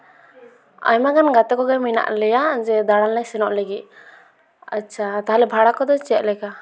ᱟᱭᱢᱟ ᱜᱟᱱ ᱜᱟᱛᱮ ᱠᱚᱜᱮ ᱢᱮᱱᱟᱜ ᱞᱮᱭᱟ ᱡᱮ ᱫᱟᱬᱟᱱ ᱞᱮ ᱥᱮᱱᱚᱜ ᱞᱟᱹᱜᱤᱫ ᱟᱪᱪᱷᱟ ᱛᱟᱦᱚᱞᱮ ᱵᱷᱟᱲᱟ ᱠᱚᱫᱚ ᱪᱫᱞᱮᱠᱟ